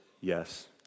yes